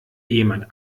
jemand